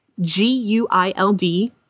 g-u-i-l-d